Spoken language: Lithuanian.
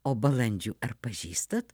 o balandžių ar pažįstat